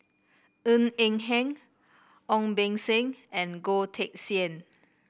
Ng Eng Hen Ong Beng Seng and Goh Teck Sian